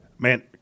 Man